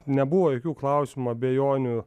nebuvo jokių klausimų abejonių